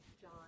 John